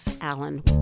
Alan